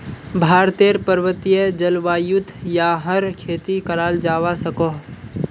भारतेर पर्वतिये जल्वायुत याहर खेती कराल जावा सकोह